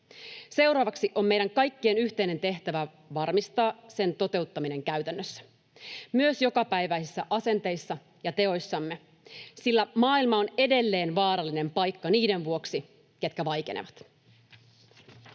Seuraavaksi on meidän kaikkien yhteinen tehtävä varmistaa sen toteuttaminen käytännössä — myös jokapäiväisissä asenteissamme ja teoissamme, sillä maailma on edelleen vaarallinen paikka niiden vuoksi, ketkä vaikenevat.